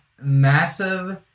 massive